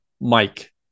Mike